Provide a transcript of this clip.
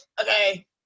okay